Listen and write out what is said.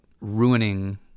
ruining